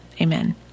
Amen